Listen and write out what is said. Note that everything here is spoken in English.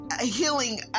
healing